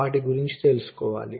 వాటి గురించి తెలుసుకోవాలి